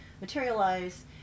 materialize